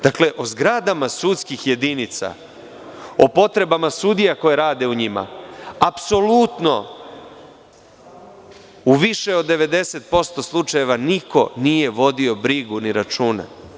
Dakle, o zgradama sudskih jedinica, o potrebama sudija koje rade u njima, apsolutno u više od 90% slučajeva niko nije vodio brigu ni računa.